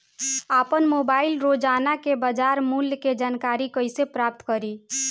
आपन मोबाइल रोजना के बाजार मुल्य के जानकारी कइसे प्राप्त करी?